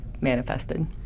manifested